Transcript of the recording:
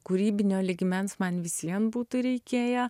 kūrybinio lygmens man vis vien būtų reikėję